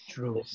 True